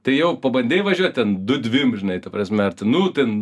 tai jau pabandei važiuot ten du dvim žinai ta prasme ar ten nu ten